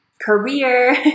career